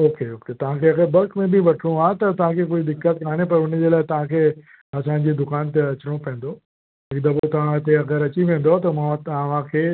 okay okay तव्हांखे अगरि bulk में बि वठिणो आहे त असांखे कोई दिक़त कान्हे पर उन जी तव्हांखे असांजी दुकान ते अचिणो पवंदो हिकु दफ़ो तव्हां हिते अगरि अची वेंदव त मां तव्हांखे